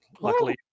luckily